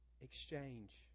exchange